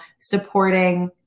supporting